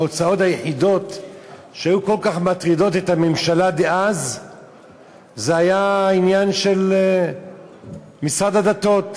ההוצאות היחידות שהטרידו כל כך את הממשלה דאז היו העניין של משרד הדתות.